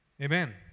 Amen